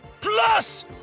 Plus